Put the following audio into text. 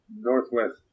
northwest